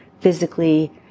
physically